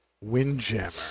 Windjammer